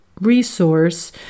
resource